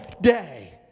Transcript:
day